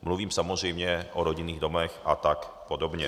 Mluvím samozřejmě o rodinných domech a tak podobně.